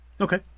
Okay